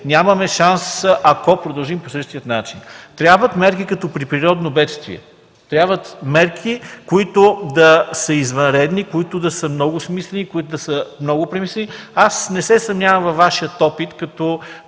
нямаме шанс, ако продължим по същия начин. Трябват мерки като при природно бедствие. Трябват мерки, които да са извънредни, много смислени и премислени. Аз не се съмнявам във Вашия опит като